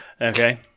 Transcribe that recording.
okay